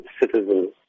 citizens